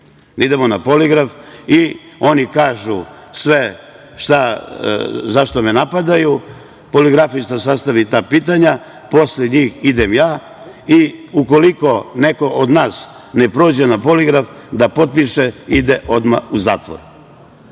idemo na poligraf. Neka oni kažu sve za šta me napadaju, poligrafista sastavi ta pitanja, posle njih idem ja i ukoliko neko od nas ne prođe na poligraf, da potpiše da ide odmah u zatvor. Dame